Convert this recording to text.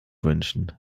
wünschen